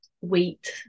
wheat